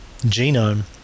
genome